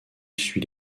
suit